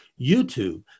YouTube